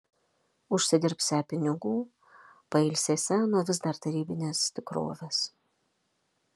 užsidirbsią pinigų pailsėsią nuo vis dar tarybinės tikrovės